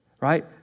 right